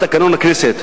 על תקנון הכנסת.